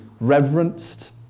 reverenced